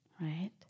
Right